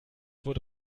wurde